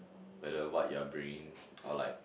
whether what you're bringing or like